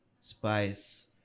spice